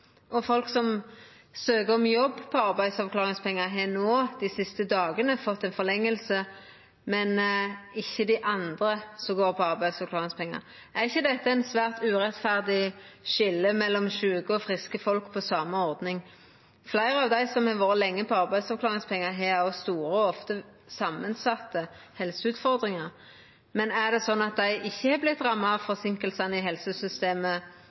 og folk på arbeidsavklaringspengar som søkjer om jobb, har nå, dei siste dagane, fått ei forlenging, men ikkje dei andre som går på arbeidsavklaringspengar. Er ikkje dette eit svært urettferdig skilje mellom sjuke og friske folk på same ordning? Fleire av dei som har vore lenge på arbeidsavklaringspengar, har òg store og ofte samansette helseutfordringar. Er det sånn at dei ikkje har vorte ramma av forseinkingane i helsesystemet